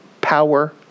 power